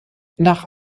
nach